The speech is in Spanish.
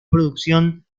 producción